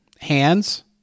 hands